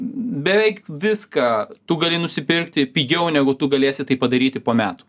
beveik viską tu gali nusipirkti pigiau negu tu galėsi tai padaryti po metų